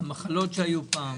כל המחלות שהיו פעם.